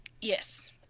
Yes